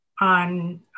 on